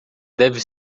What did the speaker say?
deve